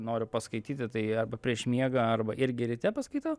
noriu paskaityti tai arba prieš miegą arba irgi ryte paskaitau